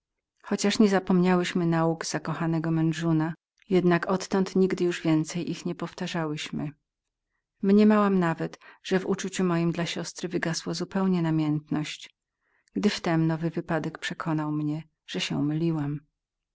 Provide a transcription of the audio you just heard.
chociaż niezapomniałyśmy nauk zakochanego medżenuna jednak odtąd nigdy już więcej ich nie powtarzałyśmy mniemałam nawet że w uczuciu mojem dla siostry wygasła zupełnie namiętność gdy wtem nowy wypadek przekonał mnie że się myliłam